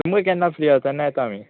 तुमी केन्ना फ्री आसा येता आमी